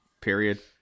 period